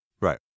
right